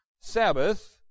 Sabbath